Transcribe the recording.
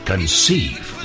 Conceive